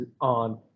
on